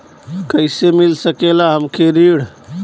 कइसे मिल सकेला हमके ऋण?